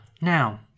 Now